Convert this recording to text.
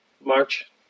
March